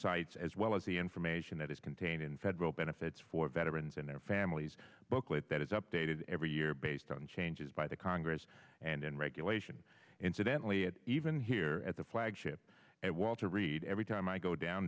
sites as well as the information that is contained in federal benefits for veterans and their families booklet that is updated every year based on changes by the congress and in regulation incidentally it even here at the flagship at walter reed every time i go down